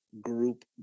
group